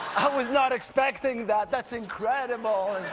i was not expecting that, that's incredible.